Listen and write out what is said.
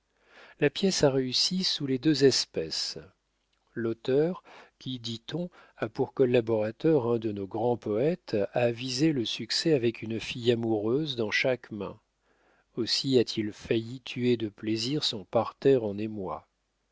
la pièce a réussi sous les deux espèces l'auteur qui dit-on a pour collaborateur un de nos grands poètes a visé le succès avec une fille amoureuse dans chaque main aussi a-t-il failli tuer de plaisir son parterre en émoi